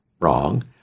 wrong